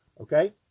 okay